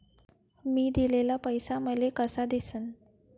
मी दिलेला पैसा मले कसा दिसन?